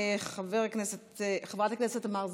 חברת הכנסת תמר זנדברג,